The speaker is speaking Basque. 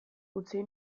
utzi